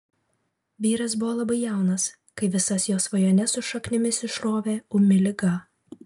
vyras buvo labai jaunas kai visas jo svajones su šaknimis išrovė ūmi liga